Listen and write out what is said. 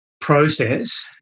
process